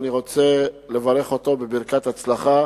ואני רוצה לברך אותו בברכת הצלחה